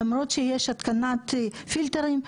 למרות שיש התקנת פילטרים,